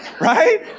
right